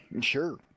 sure